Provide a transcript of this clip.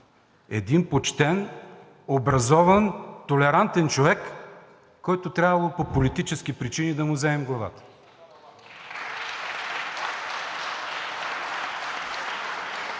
един почтен, образован, толерантен човек, който трябвало по политически причини да му вземем главата.